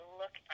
look